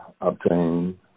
obtain